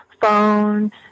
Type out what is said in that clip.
phone